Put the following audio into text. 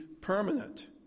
permanent